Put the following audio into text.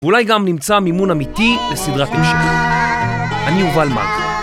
ואולי גם נמצא מימון אמיתי לסדרת המשך. אני יובל מלחי.